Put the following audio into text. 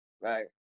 right